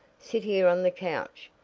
sit here on the couch.